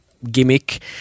Gimmick